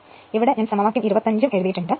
ഇവിടെ ഞാൻ സമവാക്യം 25ഉം എഴുതിയിട്ടുണ്ട്